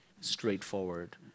straightforward